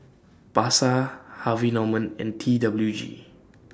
Pasar Harvey Norman and T W G